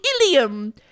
ilium